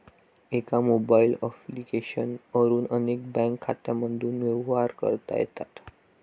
एका mobile application वरून अनेक बँक खात्यांमधून व्यवहार करता येतात